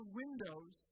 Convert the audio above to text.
windows